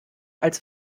als